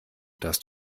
dass